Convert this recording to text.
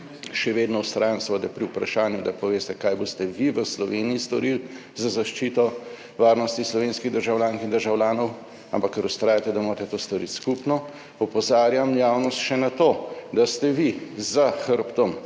še vedno vztrajam seveda pri vprašanju, da poveste: Kaj boste vi v Sloveniji storili za zaščito varnosti slovenskih državljank in državljanov? Ampak ker vztrajate, da morate to storiti skupno, opozarjam javnost še na to, da ste vi za hrbtom